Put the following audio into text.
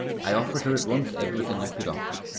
i offered her at once everything i could offer.